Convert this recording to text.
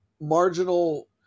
marginal